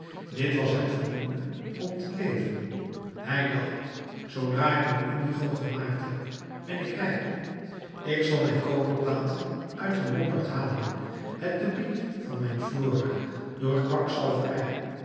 dit was hem voldoende om te leven hij dacht zoodra ik mijn indigo gemaakt heb ben ik rijk ik zal mijn koperplaten uit den lombard halen het debiet van mijn flora door kwakzalverij